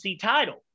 title